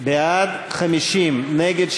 בינתיים.